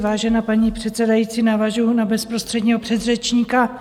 Vážená paní předsedající, navážu na bezprostředního předřečníka.